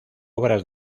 obras